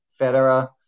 Federer